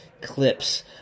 clips